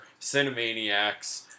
Cinemaniacs